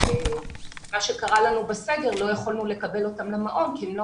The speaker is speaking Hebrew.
בסגר לא יכולנו לקבל אותם למעון כי הם לא